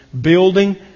building